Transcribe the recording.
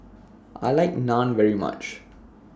I like Naan very much